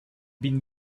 been